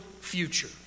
future